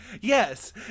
Yes